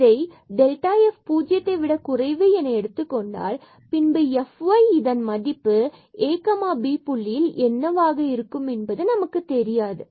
மற்றும் இதை f பூஜ்ஜியத்தை விட குறைவு என்று எடுத்துக் கொண்டால் பின்பு fy இதன் மதிப்பு இந்த ab புள்ளியில் என்னவாக இருக்கும் என்பது நமக்குத் தெரியாது